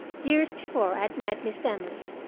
years before i had met miss emily,